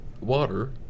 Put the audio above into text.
water